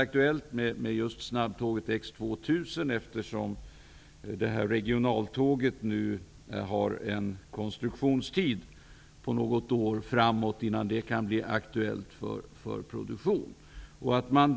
Det blir väl den mest aktuella tågtypen, eftersom regionaltåget har en konstruktionstid på något år innan det kan bli aktuellt för produktion.